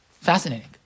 Fascinating